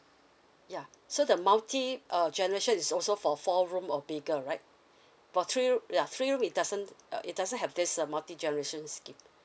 ya so the multi uh generation is also for four room or bigger right for three r~ ya three room it doesn't uh it doesn't have this uh multi generation scheme